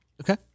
Okay